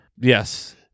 Yes